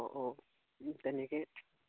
অঁ অঁ তেনেকে